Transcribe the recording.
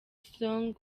song